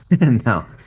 No